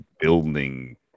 building